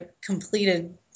completed